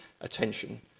attention